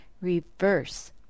reverse